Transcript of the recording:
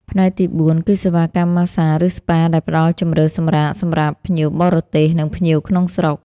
ផ្នែកទីបួនគឺសេវាកម្មម៉ាស្សា ឬស្ពា ដែលផ្តល់ជម្រើសសម្រាកសម្រាប់ភ្ញៀវបរទេស និងភ្ញៀវក្នុងស្រុក។